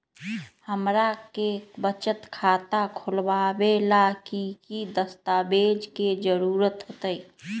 हमरा के बचत खाता खोलबाबे ला की की दस्तावेज के जरूरत होतई?